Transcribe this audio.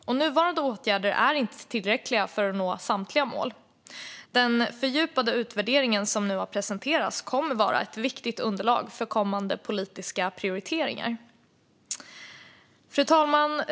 Nuvarande åtgärder är inte tillräckliga för att nå samtliga mål. Den fördjupade utvärderingen som nu har presenterats kommer att vara ett viktigt underlag för kommande politiska prioriteringar. Fru talman!